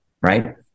right